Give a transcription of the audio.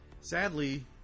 sadly